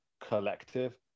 collective